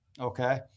Okay